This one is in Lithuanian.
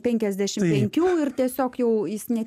penkiasdešim penkių ir tiesiog jau jis ne